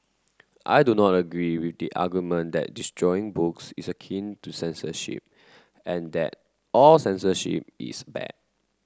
I do not agree with the argument that destroying books is akin to censorship and that all censorship is bad